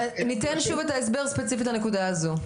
ניתן שוב את ההסבר ספציפית לנקודה הזו.